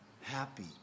happy